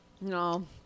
No